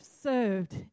served